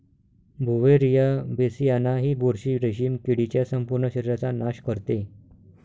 Beauveria bassiana ही बुरशी रेशीम किडीच्या संपूर्ण शरीराचा नाश करते